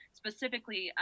specifically